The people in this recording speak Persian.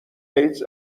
ایدز